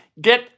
Get